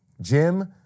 Jim